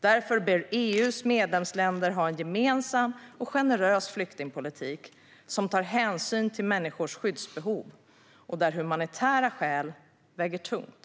Därför bör EU:s medlemsländer ha en gemensam och generös flyktingpolitik, som tar hänsyn till människors skyddsbehov och där humanitära skäl väger tungt.